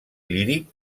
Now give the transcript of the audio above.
líric